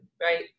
right